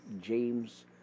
James